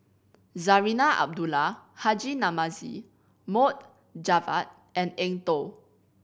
Zarinah Abdullah Haji Namazie Mohd Javad and Eng Tow